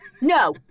No